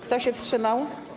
Kto się wstrzymał?